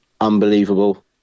unbelievable